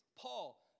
Paul